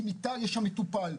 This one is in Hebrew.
כי במיטה יש מטופל,